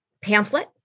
pamphlet